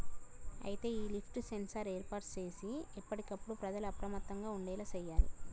అయితే ఈ lift sensor ఏర్పాటు సేసి ఎప్పటికప్పుడు ప్రజల అప్రమత్తంగా ఉండేలా సేయాలి